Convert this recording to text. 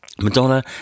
Madonna